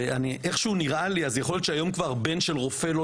יכול להיות שהיום כבר בן של רופא לא